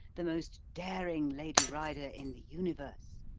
the most daring lady rider in the universe,